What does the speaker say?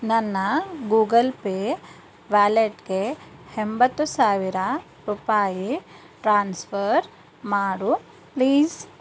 ನನ್ನ Google Pay ವ್ಯಾಲೆಟ್ಗೆ ಎಂಬತ್ತು ಸಾವಿರ ರೂಪಾಯಿ ಟ್ರಾನ್ಸ್ಫರ್ ಮಾಡು ಪ್ಲೀಸ್